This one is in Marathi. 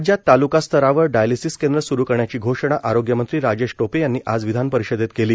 राज्यात तालुकास्तरावर डायलिसीस केंद्र सुरू करण्याची घोषणा आरोग्यमंत्री राजेश टोपे यांनी आज विधानपरिषदेत केली